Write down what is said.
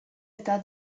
età